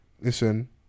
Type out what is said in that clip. listen